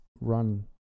run